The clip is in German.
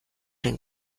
den